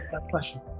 a question?